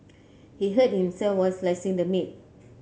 he hurt himself while slicing the meat